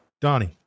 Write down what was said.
Donnie